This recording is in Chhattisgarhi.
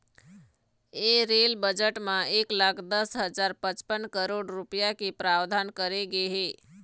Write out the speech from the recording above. ए रेल बजट म एक लाख दस हजार पचपन करोड़ रूपिया के प्रावधान करे गे हे